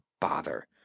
bother